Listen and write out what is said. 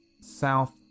south